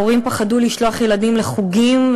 הורים פחדו לשלוח ילדים לחוגים,